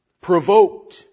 provoked